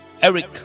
eric